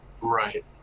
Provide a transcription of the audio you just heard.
Right